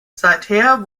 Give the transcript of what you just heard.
seither